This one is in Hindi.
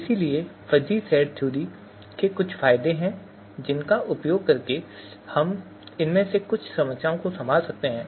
इसलिए फजी सेट थ्योरी के कुछ फायदे हैं जिनका उपयोग करके हम इनमें से कुछ समस्याओं को संभाल सकते हैं